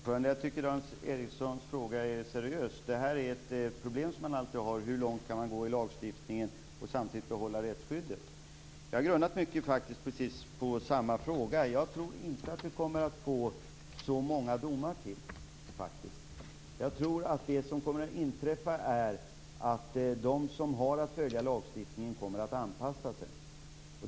Fru talman! Jag tycker att Dan Ericssons fråga är seriös. Det här är ett problem som man alltid har. Hur långt kan man gå i lagstiftningen och samtidigt behålla rättsskyddet? Jag har faktiskt grunnat mycket på precis samma fråga. Jag tror inte att vi kommer att få så många domar till. Jag tror att det som kommer att inträffa är att de som har att följa lagstiftningen kommer att anpassa sig.